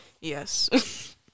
Yes